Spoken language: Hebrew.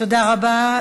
תודה רבה.